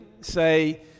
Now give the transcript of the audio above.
say